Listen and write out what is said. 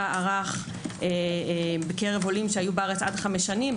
ערך בקרב עולים שהיו בארץ עד חמש שנים,